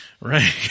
Right